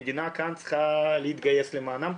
המדינה צריכה כאן להתגייס למענם.